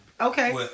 Okay